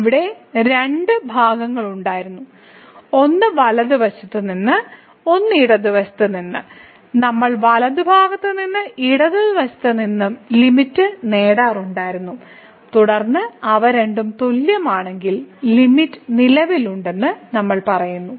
അവിടെ രണ്ടു ഭാഗങ്ങളുണ്ടായിരുന്നു ഒന്ന് വലതുവശത്ത് നിന്ന് ഒന്ന് ഇടത് വശത്ത് നിന്ന് നമ്മൾ വലതുഭാഗത്ത് നിന്ന് ഇടത് വശത്ത് നിന്ന് ലിമിറ്റ് നേടാറുണ്ടായിരുന്നു തുടർന്ന് അവ രണ്ടും തുല്യമാണെങ്കിൽ ലിമിറ്റ് നിലവിലുണ്ടെന്ന് നമ്മൾ പറയുന്നു